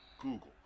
Google